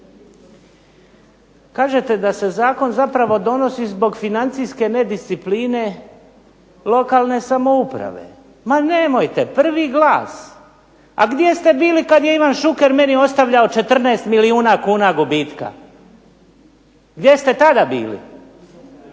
Kažete da se zakon zapravo donosi zbog financijske nediscipline lokalne samouprave. Ma nemojte! Prvi glas. A gdje ste bili kad je Ivan Šuker meni ostavljao 14 milijuna kuna gubitka? Gdje ste tada bili?